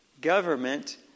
Government